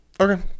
Okay